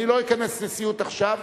אני לא אכנס נשיאות עכשיו,